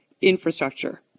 infrastructure